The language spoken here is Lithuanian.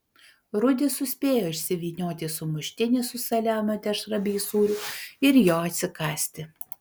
rudis suspėjo išsivynioti sumuštinį su saliamio dešra bei sūriu ir jo atsikąsti